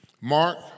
Mark